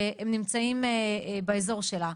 שהם נמצאים באזור שלה,